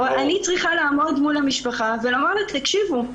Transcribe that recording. אני צריכה לעמוד מול המשפחה ולומר להם: תקשיבו,